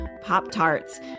Pop-Tarts